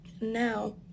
now